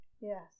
yes